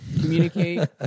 communicate